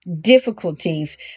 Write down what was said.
difficulties